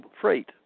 freight